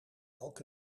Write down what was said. elk